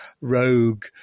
rogue